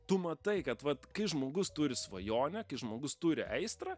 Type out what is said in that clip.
tu matai kad vat kai žmogus turi svajonę kai žmogus turi aistrą